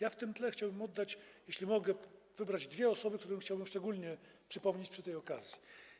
Na tym tle chciałbym, jeśli mogę, wybrać dwie osoby, które chciałbym szczególnie przypomnieć przy tej okazji.